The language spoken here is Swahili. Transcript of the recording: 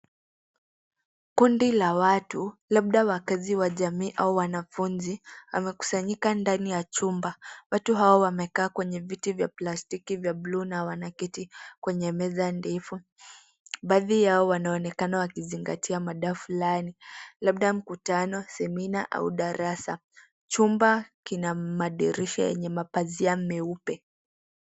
Kundi la watu, labda wakaazi wa jamii au wanafunzi, wamekusanyika ndani ya chumba. Watu hao wamekaa kwenye viti vya plastiki vya bluu na wanaketi kwenye meza ndefu. Baadhi yao wanaonekana wakizingatia mada fulani, labda mkutano, semina, au darasa. Chumba kina madirisha yenye mapazia meupe.